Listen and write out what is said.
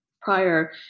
prior